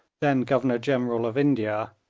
then governor-general of india,